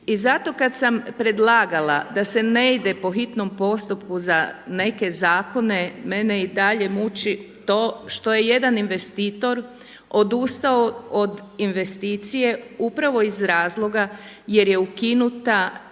I zato kada sam predlagala da se ne ide po hitnom postupku za neke zakone, mene i dalje muči to što je jedan investitor odustao od investicije upravo iz razloga jer je ukinuta reinvestirana